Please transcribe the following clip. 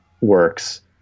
works